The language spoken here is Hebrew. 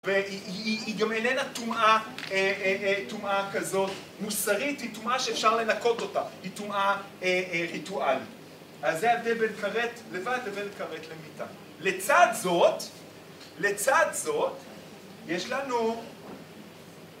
‫והיא גם איננה טומאה כזאת מוסרית, ‫היא טומאה שאפשר לנקות אותה. ‫היא טומאה ריטואלית. ‫אז זה ההבדל בין כרת לבד לבין כרת למיתה. ‫לצד זאת, לצד זאת, יש לנו...